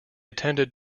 attended